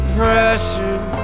pressure